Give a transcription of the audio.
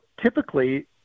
typically—